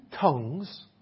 tongues